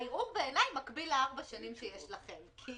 הערעור בעיניי מקביל לארבע שנים שיש לכם, כי